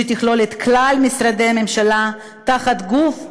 שתכלול את כלל משרדי הממשלה תחת גוף אחד.